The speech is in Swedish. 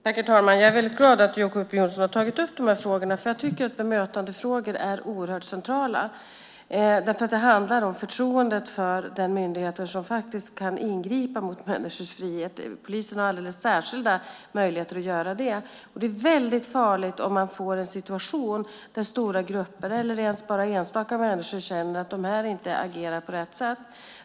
Herr talman! Jag är glad att Jacob Johnson tagit upp dessa frågor, för bemötandefrågor är oerhört centrala. Det handlar om förtroendet för den myndighet som ju kan ingripa i människors frihet. Polisen har alldeles särskilda möjligheter att göra det. Det är farligt om vi får en situation där stora grupper, och även enstaka människor, känner att polisen inte agerar på rätt sätt.